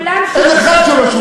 אין אחד שלא שובץ.